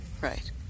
right